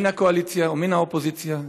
מן הקואליציה ומן האופוזיציה,